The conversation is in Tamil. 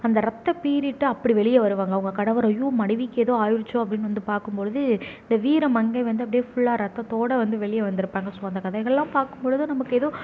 அந்த ரத்தம் பீறிட்டு அப்படி வெளியே வருவாங்க அவங்க கணவரும் ஐயோ மனைவிக்கு ஏதோ ஆயிடுச்சோ அப்படின்னு வந்து பார்க்கும்பொழுது இந்த வீரமங்கை வந்து அப்படியே ஃபுல்லா ரத்தத்தோட வந்து வெளியே வந்திருப்பாங்க ஸோ அந்த கதைகள்லாம் பார்க்கும்பொழுது நமக்கு ஏதோ